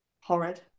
horrid